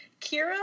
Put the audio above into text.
Kira